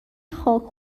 خاک